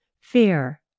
fear